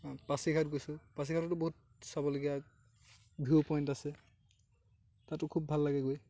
পাচিঘাট গৈছোঁ পাচিঘাটতো বহুত চাবলগীয়া ভিউপইন্ট আছে তাতো ভাল লাগে গৈ